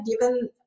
given